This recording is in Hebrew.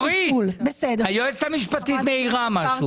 אורית, היועצת המשפטית מעירה משהו.